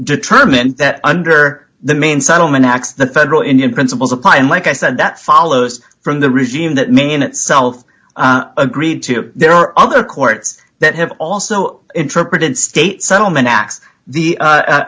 determined that under the main settlement acts the federal indian principles apply and like i said that follows from the regime that may in itself agreed to there are other courts that have also interpreted state settlement acts the